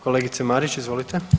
Kolegice Marić, izvolite.